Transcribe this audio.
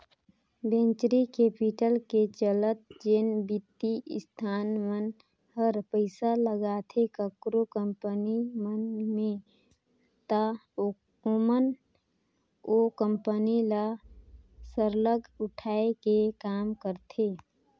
venture capital के चलत जेन बित्तीय संस्था मन हर पइसा लगाथे काकरो कंपनी मन में ता ओमन ओ कंपनी ल सरलग उठाए के काम करथे